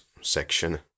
section